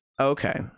Okay